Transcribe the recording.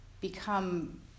become